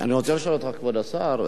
אני רוצה לשאול אותך, כבוד השר.